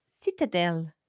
Citadel